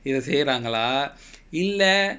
இது செய்யறாங்கலா இல்ல:ithu seyyaraangalaa illa